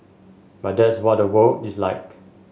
but that's what the world is like